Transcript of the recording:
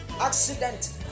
Accident